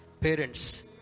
parents